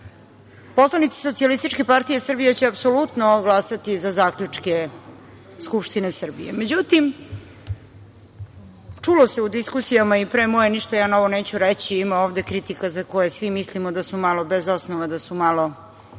Poslanici SPS će apsolutno glasati za zaključke Skupštine Srbije.Međutim, čulo se u diskusijama i pre moje, ništa ja novo neću reći, ima ovde kritika za koje mi svi mislimo da su malo bez osnova, da su malo,